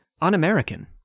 un-American